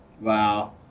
Wow